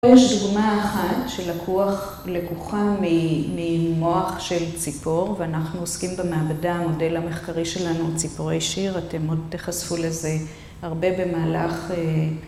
יש דוגמא אחת של לקוחה ממוח של ציפור ואנחנו עוסקים במעבדה, המודל המחקרי שלנו, ציפורי שיר, אתם עוד תחשפו לזה הרבה במהלך...